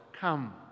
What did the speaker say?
come